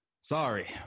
sorry